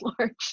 large